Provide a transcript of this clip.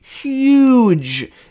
huge